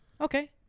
Okay